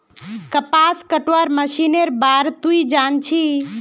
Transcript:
कपास कटवार मशीनेर बार तुई जान छि